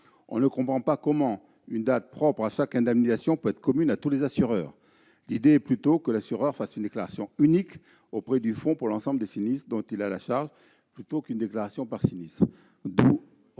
On ne comprend pas comment une date propre à chaque indemnisation peut être commune à tous les assureurs. L'idée est plutôt que l'assureur fasse une déclaration unique auprès du fonds pour l'ensemble des sinistres dont il a la charge, plutôt qu'une déclaration par sinistre. Retrait